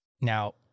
now